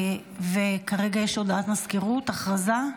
כרגע, הודעה לסגנית מזכיר הכנסת.